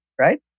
right